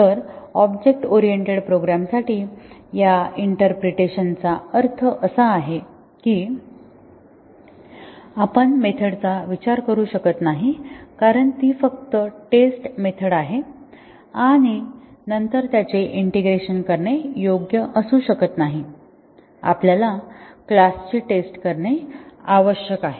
तर object oriented प्रोग्राम्ससाठी या इंटरप्रिटेशनचा अर्थ असा आहे की आपण मेथड चा विचार करू शकत नाही कारण ती फक्त टेस्ट मेथड आहे आणि नंतर त्यांचे इंटिग्रेशन करणे योग्य असू शकत नाही आपल्याला क्लास ची टेस्ट करणे आवश्यक आहे